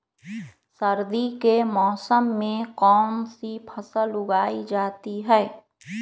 सर्दी के मौसम में कौन सी फसल उगाई जाती है?